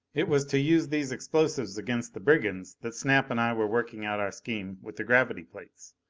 it was to use these explosives against the brigands that snap and i were working out our scheme with the gravity plates.